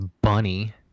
Bunny